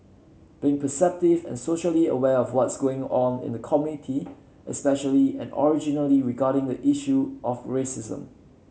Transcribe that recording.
being perceptive and socially aware of what's going on in the community especially and originally regarding the issue of racism